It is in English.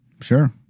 Sure